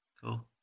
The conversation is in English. Cool